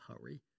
hurry